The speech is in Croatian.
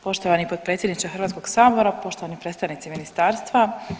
Poštovani potpredsjedniče Hrvatskog sabora, poštovani predstavnici ministarstva.